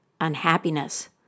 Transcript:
Unhappiness